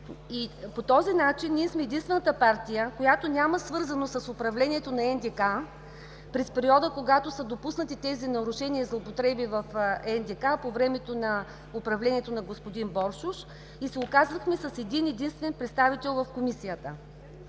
По този начин ние сме единствената партия, която няма свързаност с управлението на НДК през периода, когато са допуснати тези нарушения, злоупотреби по времето на управлението на господин Боршош, а се оказахме с един-единствен представител в Комисията.